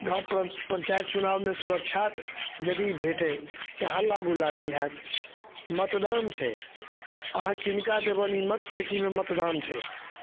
गाँव पर पञ्चायत चुनाओमे सुरक्षात यदि भेटै तऽ हल्ला गुल्ला नहि होयत मतदान छै अहाँ किनका देबनि ई मतपेटीमे मतदान छै